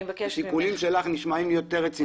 השיקולים שלך נשמעים יותר רציניים.